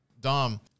Dom